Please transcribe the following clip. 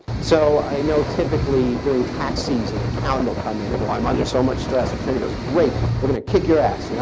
so i know typically, during tax season, an accountant will come in and go, i'm under so much stress. the and trainer goes, great. we're going to kick your ass. you know